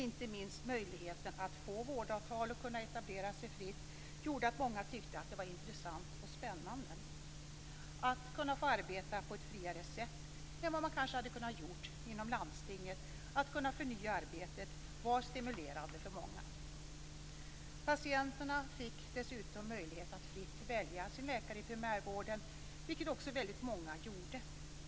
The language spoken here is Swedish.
Inte minst möjligheten att få vårdavtal och att kunna etablera sig fritt gjorde att många tyckte att det var intressant och spännande. Att kunna få arbeta på ett friare sätt än vad man kanske hade kunnat göra inom landstinget, att kunna förnya arbetet, var stimulerande för många. Patienterna fick dessutom möjlighet att fritt välja sin läkare i primärvården. Det var det också väldigt många som gjorde.